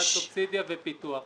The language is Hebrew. אחד, סובסידיה ופיתוח.